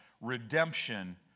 redemption